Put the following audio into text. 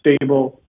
stable